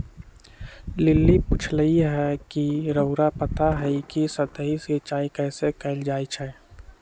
lily पुछलई ह कि रउरा पता हई कि सतही सिंचाई कइसे कैल जाई छई